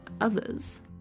others